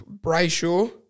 Brayshaw